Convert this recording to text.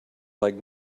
like